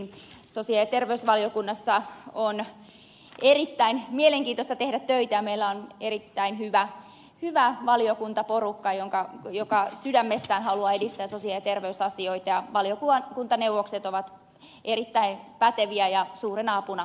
sosiaali ja terveysvaliokunnassa on erittäin mielenkiintoista tehdä töitä ja meillä on erittäin hyvä valiokuntaporukka joka sydämestään haluaa edistää sosiaali ja terveysasioita ja valiokuntaneuvokset ovat erittäin päteviä ja suurena apuna tässä työssä